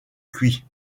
cuit